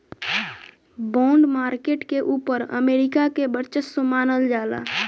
bond market के ऊपर America के वर्चस्व मानल जाला